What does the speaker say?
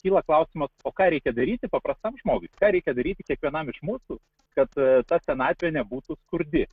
kyla klausimas o ką reikia daryti paprastam žmogui ką reikia daryti kiekvienam iš mūsų kad ta senatvė nebūtų skurdi